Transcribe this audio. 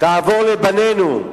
תעבור לבנינו.